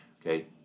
Okay